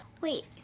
Wait